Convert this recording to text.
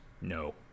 No